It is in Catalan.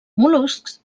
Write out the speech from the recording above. mol·luscs